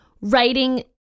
writing